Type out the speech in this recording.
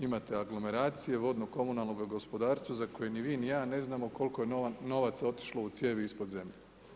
Imate aglomeraciju vodno komunalnog gospodarstva za koji ni vi, ni ja ne znamo koliko je novaca otišlo u cijevi ispod zemlje.